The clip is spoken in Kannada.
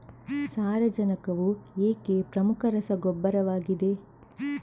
ಸಾರಜನಕವು ಏಕೆ ಪ್ರಮುಖ ರಸಗೊಬ್ಬರವಾಗಿದೆ?